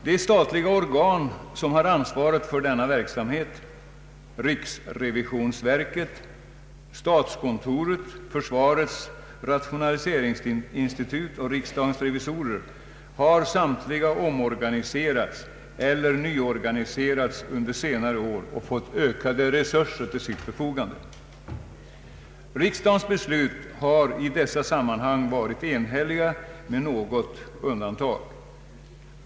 De statliga organ som har ansvaret för denna verksamhet — riksrevisionsverket, statskontoret, försvarets rationaliseringsinstitut och riksdagens revisorer — har samtliga omorganiserats eller nyorganiserats under senare år och fått ökade resurser till sitt förfogande. Riksdagens beslut har i detta sammanhang varit enhälliga med något undantag.